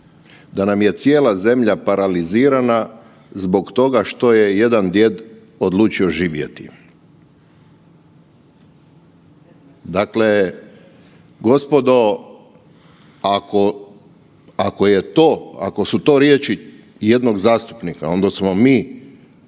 da nam je cijela zemlja paralizirana zbog toga što je jedan djed odlučio živjeti. Dakle, gospodo ako su to riječi jednog zastupnika onda smo mi